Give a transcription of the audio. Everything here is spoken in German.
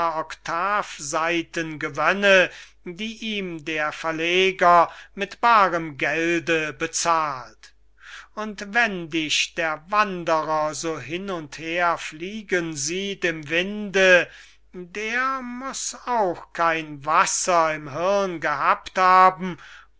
oktavseiten gewönne die ihm der verleger mit baarem gelde bezahlt und wenn dich der wanderer so hin und her fliegen sieht im winde der muß auch kein wasser im hirn gehabt haben